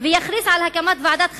ויכריז על הקמת ועדת חקירה,